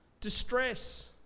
Distress